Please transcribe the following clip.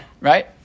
Right